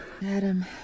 Madam